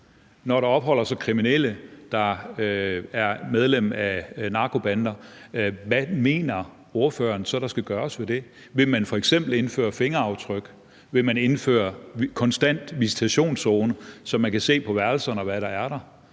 når der opholder sig kriminelle, der er medlem af narkobander, hvad mener ordføreren så der skal gøres ved det? Vil man f.eks. indføre brug af fingeraftryk? Vil man indføre konstant visitationszone, så man kan se, hvad der er på